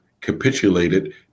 capitulated